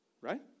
Right